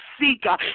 seeker